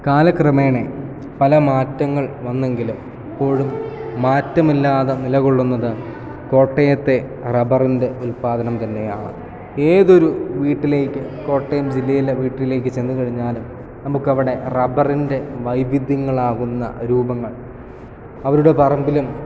കാലക്രമേണേ പല മാറ്റങ്ങൾ വന്നെങ്കിലും ഇപ്പോഴും മാറ്റമില്ലാതെ നിലകൊള്ളുന്നത് കോട്ടയത്തെ റബ്ബറിൻ്റെ ഉത്പാദനം തന്നെയാണ് ഏതൊരു വീട്ടിലേക്ക് കോട്ടയം ജില്ലയിലെ വീട്ടിലേക്ക് ചെന്നു കഴിഞ്ഞാലും നമുക്കവിടെ റബ്ബറിൻ്റെ വൈവിധ്യങ്ങളാകുന്ന രൂപങ്ങൾ അവരുടെ പറമ്പിലും